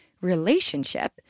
relationship